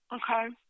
Okay